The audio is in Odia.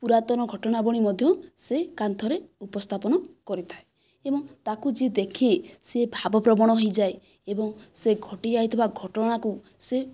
ପୁରାତନ ଘଟଣାବଳି ମଧ୍ୟ ସେ କାନ୍ଥରେ ଉପସ୍ତାପନ କରିଥାଏ ଏବଂ ତାହାକୁ ଯିଏ ଦେଖେ ସିଏ ଭାବପ୍ରବଣ ହୋଇଯାଏ ଏବଂ ସେ ଘଟିଯାଇଥିବା ଘଟଣାକୁ ସେ